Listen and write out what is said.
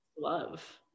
love